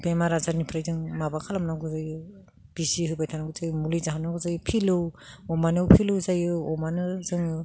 बेमार आजारनिफ्राय जों माबा खालामनांगौ जायो बिजि होबाय थानांगौ जायो मुलि जाहोनांगौ जायो फिलौ अमाना फिलौ जायो अमानो जोङो